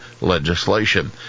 legislation